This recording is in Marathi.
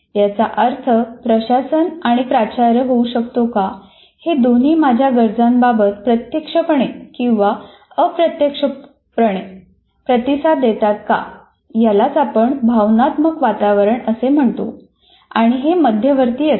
याचा अर्थ प्रशासन आणि प्राचार्य हा होऊ शकतो हे दोन्ही माझ्या गरजांबाबत प्रत्यक्षपणे किंवा अप्रत्यक्षपणे प्रतिसाद देतात का यालाच आपण भावनात्मक वातावरण असे म्हणतो आणि हे मध्यवर्ती असते